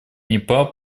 непал